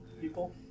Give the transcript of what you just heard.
people